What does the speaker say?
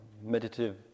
meditative